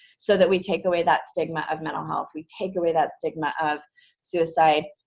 so that we take away that stigma of mental health. we take away that stigma of suicide.